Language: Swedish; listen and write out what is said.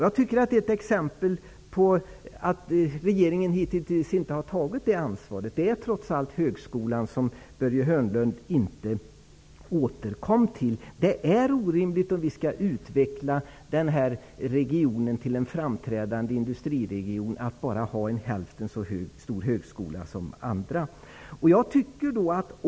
Regeringen har hitintills inte tagit det ansvaret, utan det har i stället lagts på högskolan, som Börje Hörnlund inte återkom till. Om vi skall utveckla denna region till en framträdande industriregion, är det orimligt att ha en högskola som är bara hälften så stor som andra.